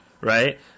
right